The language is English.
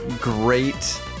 great